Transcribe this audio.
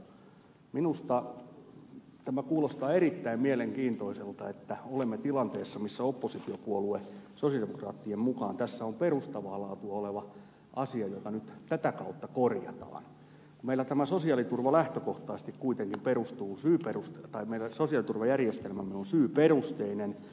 minusta tämä kuulostaa erittäin mielenkiintoiselta että olemme tilanteessa jossa oppositiopuolue sosialidemokraattien mukaan tässä on perustavaa laatua oleva asia jota nyt täyttä kautta korjataan kun meillä tämä sosiaaliturvajärjestelmä on kuitenkin perustuu syyperuste arvelee suosio turvajärjestelmä lähtökohtaisesti syyperusteinen